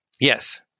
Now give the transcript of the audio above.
Yes